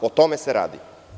O tome se radi.